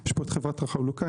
יש פה חברת החלוקה,